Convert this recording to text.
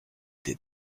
des